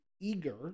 eager